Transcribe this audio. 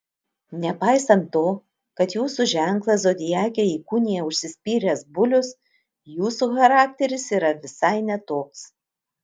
nepaisant to kad jūsų ženklą zodiake įkūnija užsispyręs bulius jūsų charakteris yra visai ne toks